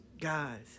guys